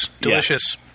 Delicious